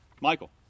Michael